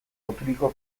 loturiko